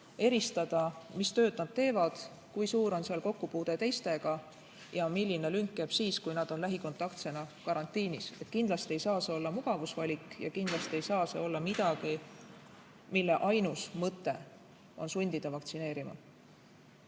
eristada, mis tööd nad teevad, kui suur on kokkupuude teistega ja milline lünk jääb siis, kui nad on lähikontaktsena karantiinis. Kindlasti ei saa see olla mugavusvalik ja kindlasti ei saa see olla midagi, mille ainus mõte on sundida vaktsineerima.